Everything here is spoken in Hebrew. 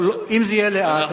אם זה יהיה לאט,